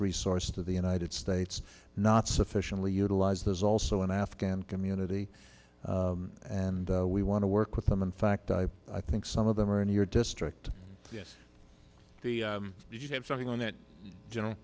resources of the united states not sufficiently utilized there's also an afghan community and we want to work with them in fact i i think some of them are in your district yes you have something on that general